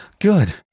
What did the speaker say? Good